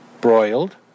broiled